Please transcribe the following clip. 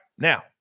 Now